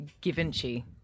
Givenchy